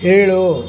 ಏಳು